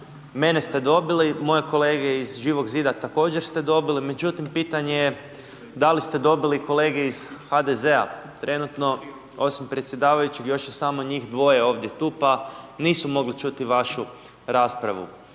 mene ste dobili, moje kolege iz Živog zida također ste dobili, međutim pitanje je da li ste dobili kolege iz HDZ-a. Trenutno osim predsjedavajućeg još je samo njih dvoje tu pa nisu mogli čuti vašu raspravu.